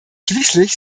schließlich